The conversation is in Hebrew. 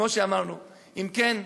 כן,